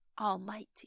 Almighty